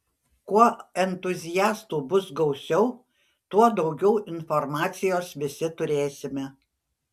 kuo entuziastų bus gausiau tuo daugiau informacijos visi turėsime